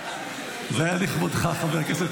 זה היה לכבודך, חבר הכנסת